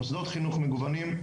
מוסדות חינוך מגוונים,